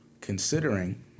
considering